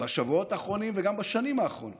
בשבועות האחרונים וגם בשנים האחרונות